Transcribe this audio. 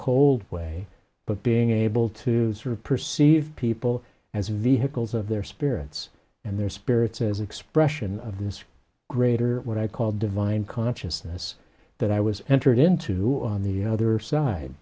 cold way but being able to sort of perceive people as vehicles of their spirits and their spirits as expression of this great or what i call divine consciousness that i was entered into on the other